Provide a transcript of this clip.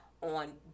on